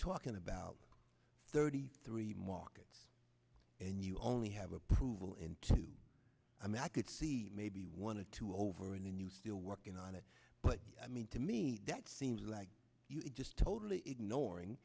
talking about thirty three markets and you only have approval in two i mean i could see maybe one to two over and then you still working on it but i mean to me that seems like just totally